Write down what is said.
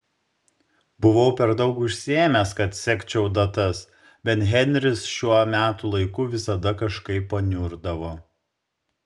buvau per daug užsiėmęs kad sekčiau datas bet henris šiuo metų laiku visada kažkaip paniurdavo